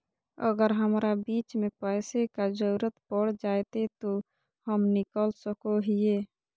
अगर हमरा बीच में पैसे का जरूरत पड़ जयते तो हम निकल सको हीये